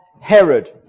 Herod